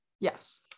Yes